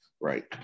Right